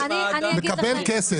מקבל כסף.